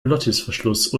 glottisverschluss